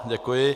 Děkuji.